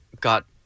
got